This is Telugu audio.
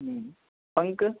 పంకు